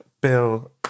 Bill